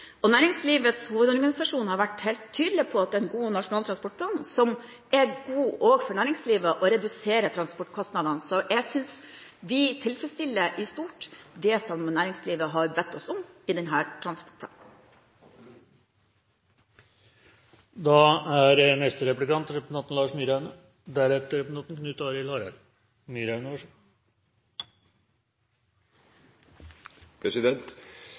landet. Næringslivets Hovedorganisasjon er vært helt tydelig på at det er en god Nasjonal transportplan, som også er god for næringslivet, og den reduserer transportkostnadene. Så jeg synes vi tilfredsstiller i stort det som næringslivet har bedt oss om i denne transportplanen. Representanten Sjelmo Nordås ga en veldig klar oversikt over pengebruken som er